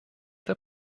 der